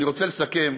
אני רוצה לסכם.